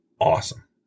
awesome